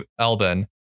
Elbin